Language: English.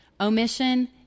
Omission